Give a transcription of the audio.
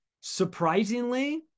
surprisingly